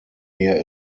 near